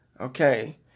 Okay